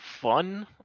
fun